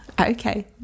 okay